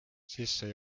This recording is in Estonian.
sisse